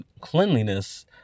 cleanliness